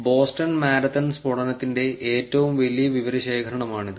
Boston marathon സ്ഫോടനത്തിന്റെ ഏറ്റവും വലിയ വിവരശേഖരമാണിത്